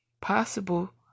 possible